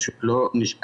זה פשוט לא הגיוני.